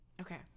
okay